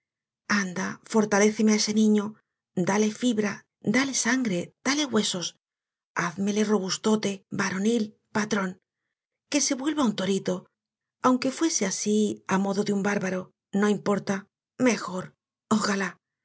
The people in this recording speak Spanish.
anda fortaléceme á ese niño dale fibra dale sangre dale huesos házmele robustote varonil patrón que se vuelva un torito aunque fuese así á modo de un bárbaro no importa mejor ojalá